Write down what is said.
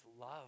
love